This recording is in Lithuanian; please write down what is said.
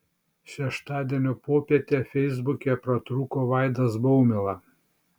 šeštadienio popietę feisbuke pratrūko vaidas baumila